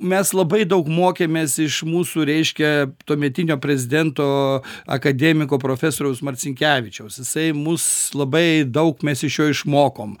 mes labai daug mokėmės iš mūsų reiškia tuometinio prezidento akademiko profesoriaus marcinkevičiaus jisai mus labai daug mes iš jo išmokom